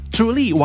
Truly